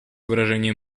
выражением